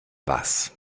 was